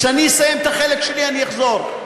כשאני אסיים את החלק שלי, אני אחזור.